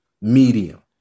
medium